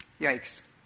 Yikes